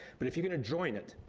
but if you're gonna join it,